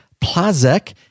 Plazek